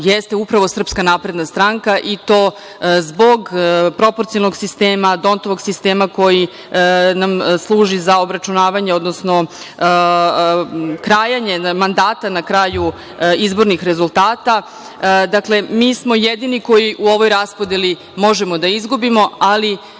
jeste upravo SNS, i to zbog proporcionalnog sistema, Dontovog sistema koji nam služi za obračunavanje odnosno krajanje mandata na kraju izbornih rezultata. Dakle, mi smo jedini koji u ovoj raspodeli možemo da izgubimo, ali